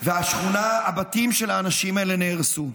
והשכונה, הבתים של האנשים האלה נהרסו.